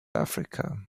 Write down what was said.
africa